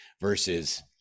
versus